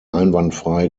einwandfrei